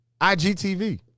IGTV